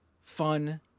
fun